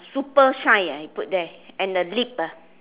super shine he put there and the lip uh